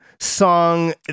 song